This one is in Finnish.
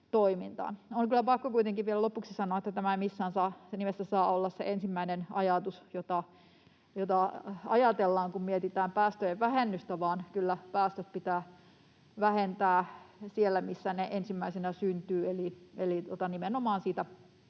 kuitenkin vielä lopuksi sanoa, että tämä ei missään nimessä saa olla se ensimmäinen ajatus, jota ajatellaan, kun mietitään päästöjen vähennystä, vaan kyllä päästöt pitää vähentää siellä, missä ne ensimmäisenä syntyvät,